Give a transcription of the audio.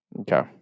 Okay